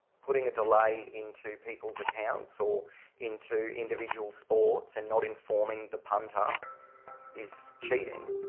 putting a delay into people's accounts or into individual sports and not informing the punter is cheating.